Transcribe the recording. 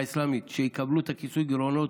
האסלאמית שיקבלו את כיסוי הגירעונות,